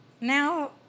now